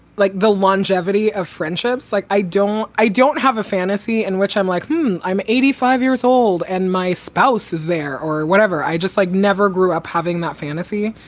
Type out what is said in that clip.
like the longevity of friendships. like, i don't i don't have a fantasy in which i'm like um i'm eighty five years old and my spouse is there or whatever i just like never grew up having that fantasy.